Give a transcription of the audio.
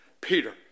Peter